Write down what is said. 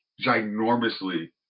ginormously